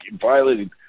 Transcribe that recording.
violating